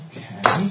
Okay